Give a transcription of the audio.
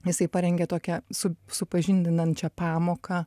jisai parengė tokią su supažindinančią pamoką